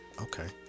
Okay